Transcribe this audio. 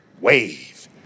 wave